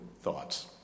thoughts